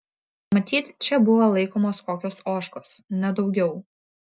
matyt čia buvo laikomos kokios ožkos nedaugiau